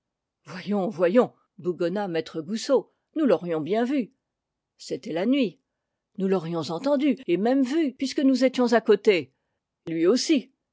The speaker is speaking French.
voyons voyons bougonna maître goussot nous l'aurions bien vu c'était la nuit nous l'aurions entendu et même vu puisque nous étions à côté lui aussi